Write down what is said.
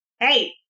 Hey